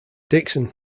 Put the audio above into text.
dickson